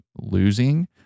losing